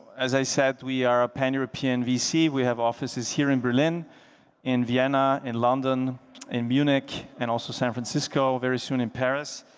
as i said we are a pan-european vc we have offices here in berlin in vienna in london in munich and also san francisco very soon in paris.